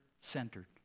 centered